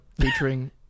featuring